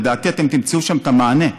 לדעתי אתם תמצאו שם את המענה.